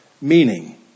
Meaning